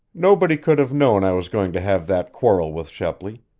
nobody could have known i was going to have that quarrel with shepley,